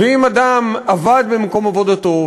ואם אדם עבד במקום עבודתו,